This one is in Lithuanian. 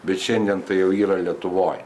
bet šiandien tai jau yra lietuvoj